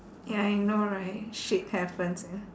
ya I know right shit happens ya